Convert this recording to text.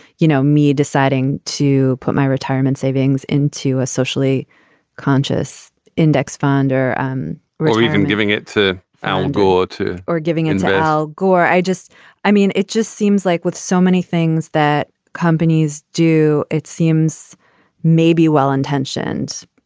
you know, me deciding to put my retirement savings into a socially conscious index fund or um really and giving it to al gore, too, or giving it to al gore i just i mean, it just seems like with so many things that companies do, it seems maybe well-intentioned,